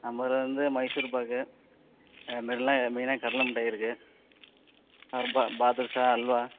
நம்மளதில் வந்து மைசூர்பாக் அது மாதிரிலாம் மெயினாக கடலை மிட்டாய் இருக்குது அப்புறம் பாதுஷா அல்வா